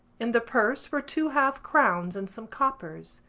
in the purse were two half-crowns and some coppers.